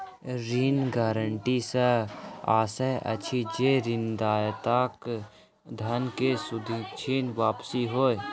ऋण गारंटी सॅ आशय अछि जे ऋणदाताक धन के सुनिश्चित वापसी होय